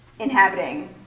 inhabiting